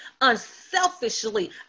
Unselfishly